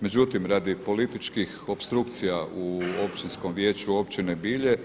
Međutim, radi političkih opstrukcija u Općinskom vijeću općine Bilje